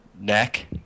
neck